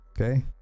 Okay